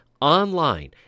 online